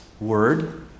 word